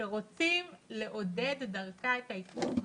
שרוצים לעודד דרכה את ההתחסנות,